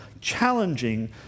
challenging